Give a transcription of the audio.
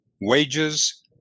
wages